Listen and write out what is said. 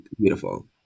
beautiful